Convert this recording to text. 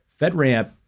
FedRAMP